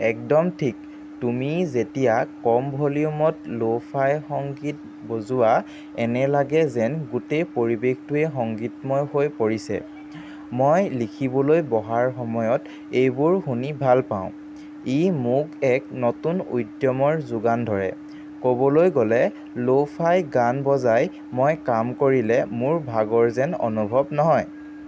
একদম ঠিক তুমি যেতিয়া কম ভলিউমত ল' ফাই সংগীত বজোৱা এনে লাগে যেন গোটেই পৰিৱেশটোৱে সঙ্গীতময় হৈ পৰিছে মই লিখিবলৈ বহাৰ সময়ত এইবোৰ শুনি ভাল পাওঁ ই মোক এক নতুন উদ্যমৰ যোগান ধৰে ক'বলৈ গ'লে ল' ফাই গান বজাই মই কাম কৰিলে মোৰ ভাগৰ যেন অনুভৱ নহয়